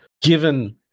given